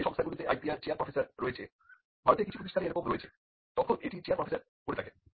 যে সংস্থাগুলোতে IPR chair professor রয়েছে ভারতে কিছু প্রতিষ্ঠানে এরকম রয়েছে তখন এটি চেয়ার প্রফেসর করে থাকেন